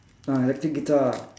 ah electric guitar